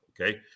Okay